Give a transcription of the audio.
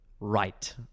right